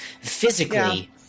Physically